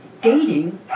dating